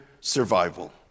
survival